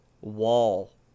wall